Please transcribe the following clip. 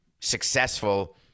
successful